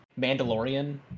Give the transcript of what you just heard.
Mandalorian